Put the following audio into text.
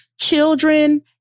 children